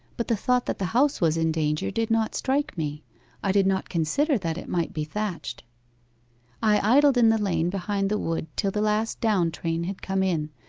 but the thought that the house was in danger did not strike me i did not consider that it might be thatched. i idled in the lane behind the wood till the last down-train had come in,